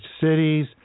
cities